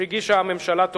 שהגישה הממשלה,